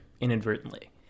inadvertently